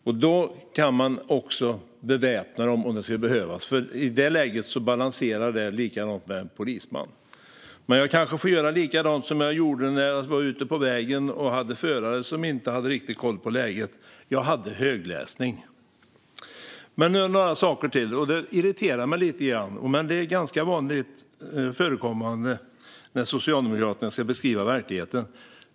Därefter kan man beväpna dem, om det skulle behövas. Detta skulle vara i jämnhöjd med en polisman. Men jag kanske får göra på samma sätt som jag gjorde när jag var ute på vägen och hade förare som inte hade riktig koll på läget: Jag hade högläsning. Jag vill ta upp några andra saker också, som irriterar mig lite grann. Det är dock ganska vanligt när Socialdemokraterna ska beskriva verkligheten.